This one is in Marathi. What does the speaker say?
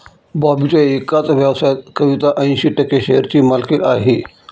बॉबीच्या एकाच व्यवसायात कविता ऐंशी टक्के शेअरची मालकीण आहे